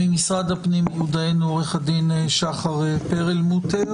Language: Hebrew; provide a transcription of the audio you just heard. ממשרד הפנים, מיודענו עורך הדין שחר פרלמוטר.